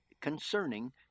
concerning